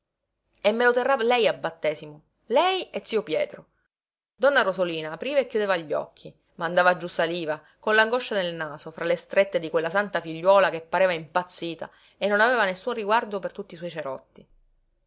me lo terrà lei a battesimo lei e zio pietro donna rosolina apriva e chiudeva gli occhi mandava giú saliva con l'angoscia nel naso fra le strette di quella santa figliuola che pareva impazzita e non aveva nessun riguardo per tutti i suoi cerotti